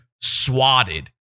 swatted